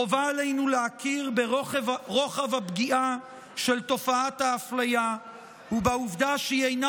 חובה עלינו להכיר ברוחב הפגיעה של תופעת האפליה ובעובדה שהיא אינה